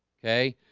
okay,